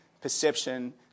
perception